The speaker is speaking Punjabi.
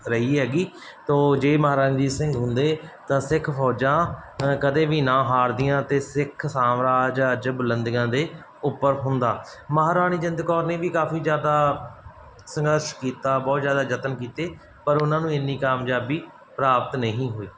ਰਹੀ ਹੈਗੀ ਤੋ ਜੇ ਮਹਾਰਾਜ ਜੀ ਸਿੰਘ ਹੁੰਦੇ ਤਾਂ ਸਿੱਖ ਫੌਜਾਂ ਕਦੇ ਵੀ ਨਾ ਹਾਰਦੀਆਂ ਅਤੇ ਸਿੱਖ ਸਾਮਰਾਜ ਅੱਜ ਬੁਲੰਦੀਆਂ ਦੇ ਉੱਪਰ ਹੁੰਦਾ ਮਹਾਰਾਣੀ ਜਿੰਦ ਕੌਰ ਨੇ ਵੀ ਕਾਫ਼ੀ ਜ਼ਿਆਦਾ ਸੰਘਰਸ਼ ਕੀਤਾ ਬਹੁਤ ਜ਼ਿਆਦਾ ਯਤਨ ਕੀਤੇ ਪਰ ਉਹਨਾਂ ਨੂੰ ਇੰਨੀ ਕਾਮਯਾਬੀ ਪ੍ਰਾਪਤ ਨਹੀਂ ਹੋਈ